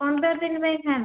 ପନ୍ଦର ଦିନ ପାଇଁ ଖାଆନ୍ତୁ